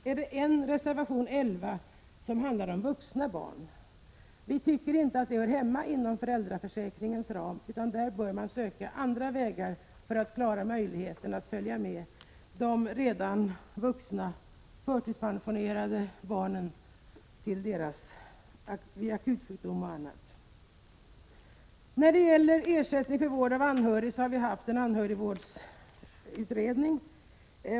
Vi tycker att denna fråga inte hör hemma inom föräldraförsäkringen, utan här bör man söka andra vägar för att ge dessa föräldrar möjlighet att följa vuxna förtidspensionerade barn till exempelvis akutsjukvård. Frågan om ersättning för vård av anhörig har behandlats av anhörigvårdsutredningen.